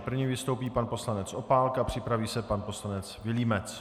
První vystoupí pan poslanec Opálka, připraví se pan poslanec Vilímec.